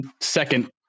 second